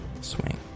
swing